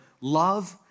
love